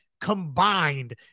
combined